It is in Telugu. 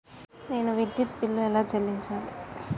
నేను విద్యుత్ బిల్లు ఎలా చెల్లించాలి?